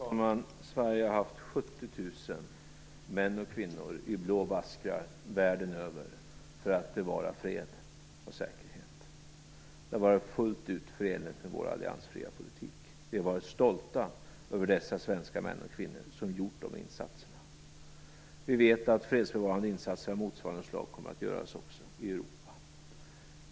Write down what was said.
Fru talman! Sverige har haft 70 000 män och kvinnor i blå baskrar världen över för att bevara fred och säkerhet. Det har varit fullt ut förenligt med vår alliansfria politik. Vi har varit stolta över de svenska män och kvinnor som har gjort dessa insatser. Vi vet att fredsbevarande insatser av motsvarande slag kommer att göras också i Europa.